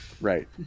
Right